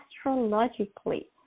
astrologically